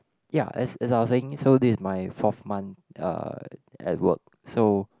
ya as as I was saying so this is my fourth month uh at work so